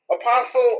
Apostle